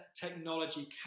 technology